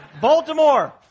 Baltimore